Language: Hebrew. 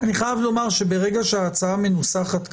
אני חייב לומר שברגע שההצעה מנוסחת כך,